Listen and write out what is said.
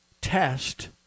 test